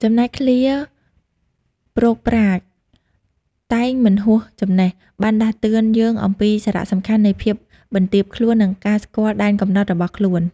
ចំណែកឃ្លា "ព្រោកប្រាជ្ញ តែងមិនហួសចំណេះ" បានដាស់តឿនយើងអំពីសារៈសំខាន់នៃភាពបន្ទាបខ្លួន និងការស្គាល់ដែនកំណត់របស់ខ្លួន។